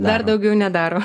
dar daugiau nedaro